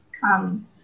come